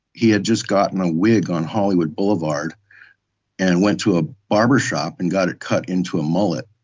he had just gotten a wig on hollywood boulevard and went to a barbershop and got it cut into a mullet.